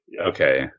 Okay